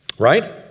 Right